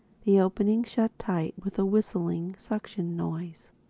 the opening shut tight with a whistling suction noise.